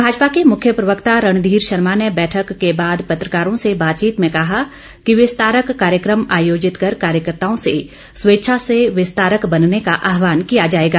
भाजपा के मुख्य प्रवक्ता रणधीर शर्मा ने बैठक के बाद पत्रकारों से बातचीत में कहा कि विस्तारक कार्यक्रम आयोजित कर कार्यकर्ताओं से स्वेच्छा से विस्तारक बनने का आहवान किया जाएगा